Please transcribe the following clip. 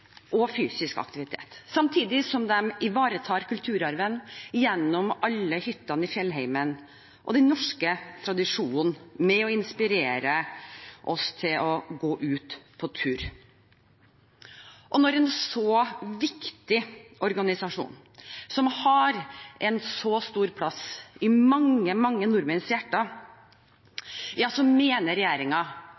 og fysisk aktivitet, samtidig som den ivaretar kulturarven gjennom alle hyttene i fjellheimen og den norske tradisjonen med å inspirere oss til å gå ut på tur. Når en så viktig organisasjon, som har en så stor plass i mange nordmenns hjerter,